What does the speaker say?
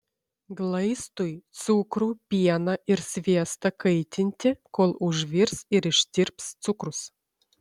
glaistui cukrų pieną ir sviestą kaitinti kol užvirs ir ištirps cukrus